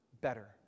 better